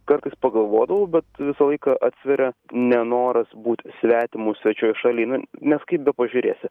kartais pagalvodavau bet visą laiką atsveria nenoras būt svetimu svečioj šaly nes kaip bepažiurėsi